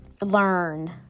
learn